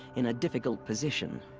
in a difficult position.